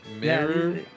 Mirror